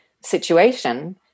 situation